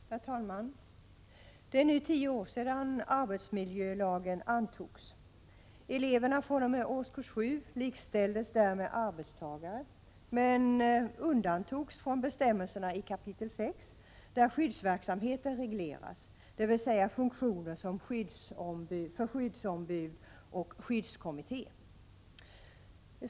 Herr talman! Det är nu tio år sedan arbetsmiljölagen antogs. Eleverna fr.o.m. årskurs 7 likställdes där med arbetstagare, men undantogs från bestämmelserna i kap. 6 där skyddsverksamheten regleras, dvs. funktioner för skyddsombud och skyddskommitté.